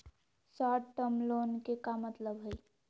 Short term loan के का मतलब हई?